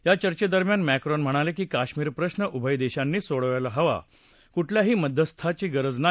या चर्चॅदरम्यान मॅक्रोन म्हणाले की कश्मीर प्रश्र उभय देशांनीच सोडवायला हवा कुठल्याही मध्यस्थाची गरज नाही